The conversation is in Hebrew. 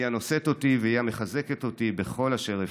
היא הנושאת אותי והיא המחזקת אותי בכל אשר אפנה.